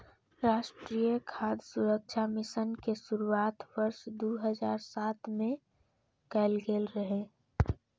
राष्ट्रीय खाद्य सुरक्षा मिशन के शुरुआत वर्ष दू हजार सात मे कैल गेल रहै